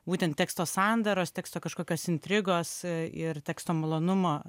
būtent teksto sandaros teksto kažkokios intrigos ir teksto malonumo